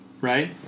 right